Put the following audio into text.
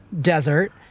desert